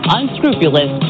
unscrupulous